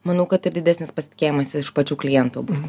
manau kad ir didesnis pasitikėjimas iš pačių klientų bus